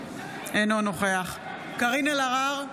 אינו נוכח קארין אלהרר,